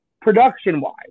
production-wise